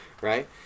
right